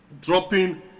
dropping